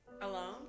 Alone